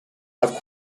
have